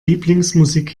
lieblingsmusik